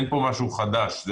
אין פה משהו חדש.